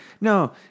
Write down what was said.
No